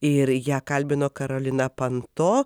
ir ją kalbino karolina panto